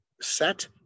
set